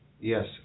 Yes